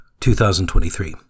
2023